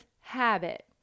habit